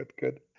good